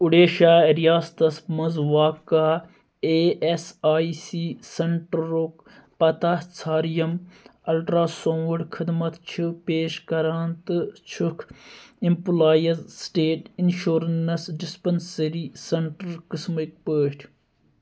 اُڈیٖشہ رِیاستس مَنٛز واقع اےٚ ایس آٮٔۍ سی سینٹرُک پتاہ ژھار یِم الٹرٛا ساوُنٛڈ خٔدمت چھِ پیش کَران تہٕ چھُکھ employees state insurance dispensary centre قٕسمٕکۍ پٲٹھۍ